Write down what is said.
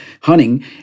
hunting